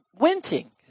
winting